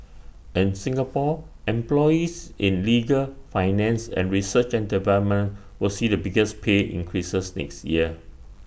in Singapore employees in legal finance and research and development will see the biggest pay increases next year